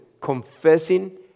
confessing